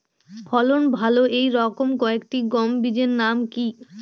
ফলন ভালো এই রকম কয়েকটি গম বীজের নাম কি?